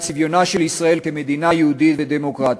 צביונה של ישראל כמדינה יהודית ודמוקרטית,